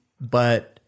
But-